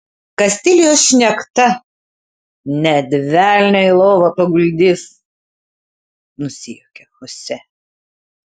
kastilijos šnekta net velnią į lovą paguldys nusijuokė chose